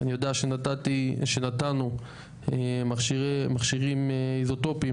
אני יודע שנתנו מכשירים איזוטופים,